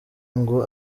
ngo